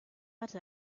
hatte